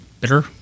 bitter